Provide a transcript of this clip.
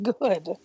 good